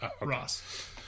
Ross